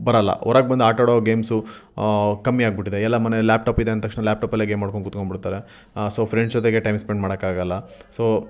ಬರೋಲ್ಲ ಹೊರಗ್ಬಂದ್ ಆಟಾಡೋ ಗೇಮ್ಸು ಕಮ್ಮಿ ಆಗ್ಬಿಟ್ಟಿದೆ ಎಲ್ಲ ಮನೇಲಿ ಲ್ಯಾಪ್ಟಾಪ್ ಇದೆ ಅಂದ ತಕ್ಷ ಲ್ಯಾಪ್ಟಾಪಲ್ಲೇ ಗೇಮ್ ಆಡ್ಕೊಂಡು ಕುತ್ಕೊಂಬಿಡ್ತಾರೆ ಸೊ ಫ್ರೆಂಡ್ಸ್ ಜೊತೆಗೆ ಟೈಮ್ ಸ್ಪೆಂಡ್ ಮಾಡೋಕ್ಕಾಗಲ್ಲ ಸೊ